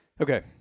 Okay